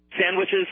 sandwiches